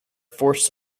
forced